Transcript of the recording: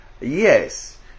yes